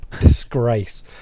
disgrace